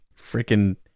Freaking